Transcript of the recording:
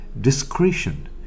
discretion